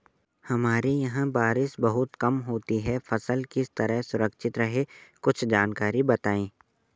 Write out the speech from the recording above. हमारे यहाँ बारिश बहुत होती है फसल किस तरह सुरक्षित रहे कुछ जानकारी बताएं?